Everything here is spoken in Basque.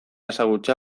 ezagutzea